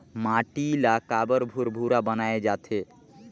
माटी ला काबर भुरभुरा बनाय जाथे?